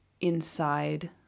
inside